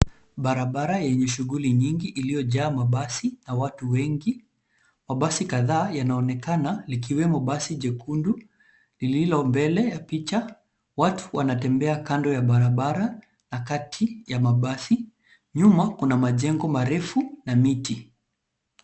Barabara yenye shughuli nyingi iliojaa mabasi na watu wengi. Mabasi kadhaa yanaonekana likiwemo basi jekundu lililo mbele ya picha. Watu wanatembea kando ya barabara na kati ya mabasi. Nyuma kuna majengo marefu na miti.